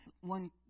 one